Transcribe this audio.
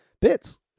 bits